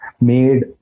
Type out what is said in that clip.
made